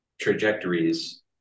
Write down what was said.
trajectories